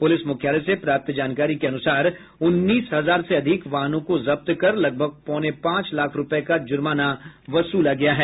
police मुख्यालय से प्राप्त जानकारी के अनुसार उन्नीस हजार से अधिक वाहनों को जब्त कर लगभग पौने पांच लाख रूपये का जुर्माना वसूला गया है